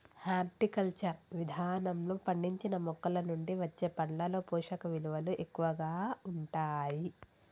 horticulture విధానంలో పండించిన మొక్కలనుండి వచ్చే పండ్లలో పోషకవిలువలు ఎక్కువగా ఉంటాయి